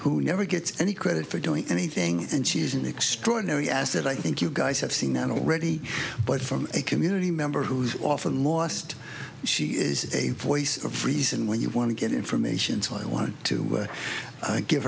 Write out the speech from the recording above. who never gets any credit for doing anything and she's an extraordinary asset i think you guys have seen that already but from a community member who's often lost she is a voice of reason when you want to get information so i want to give